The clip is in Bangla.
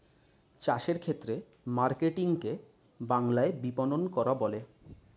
চাষের ক্ষেত্রে মার্কেটিং কে বাংলাতে বিপণন করা বলে